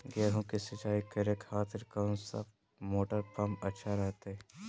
गेहूं के सिंचाई करे खातिर कौन सा मोटर पंप अच्छा रहतय?